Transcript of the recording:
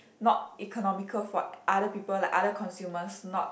not economical for other people like other consumers not